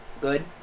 Good